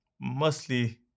mostly